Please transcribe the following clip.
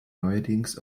neuerdings